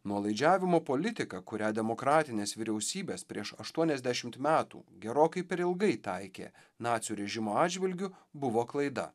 nuolaidžiavimo politika kurią demokratinės vyriausybės prieš aštuoniasdešimt metų gerokai per ilgai taikė nacių režimo atžvilgiu buvo klaida